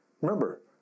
Remember